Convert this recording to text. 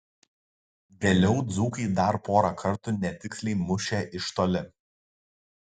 vėliau dzūkai dar porą kartų netiksliai mušė iš toli